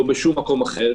לא בשום מקום אחר,